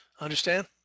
Understand